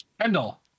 Kendall